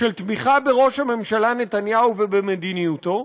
של תמיכה בראש הממשלה נתניהו ובמדיניותו?